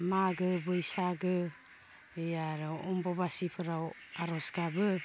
मागो बैसागो बे आरो अम्ब'बासिफोराव आर'ज गाबो